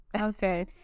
Okay